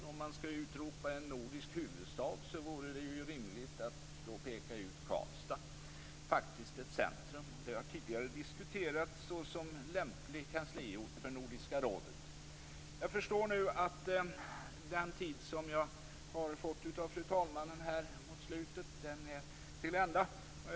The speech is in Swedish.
Om man skall utropa en nordisk huvudstad vore det rimligt att utnämna Karlstad. Karlstad har tidigare diskuterats som en lämplig kansliort för Nordiska rådet. Jag förstår nu att min talartid är till ända.